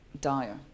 dire